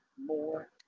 more